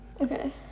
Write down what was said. Okay